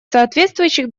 соответствующих